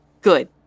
Good